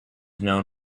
known